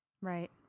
Right